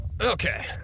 Okay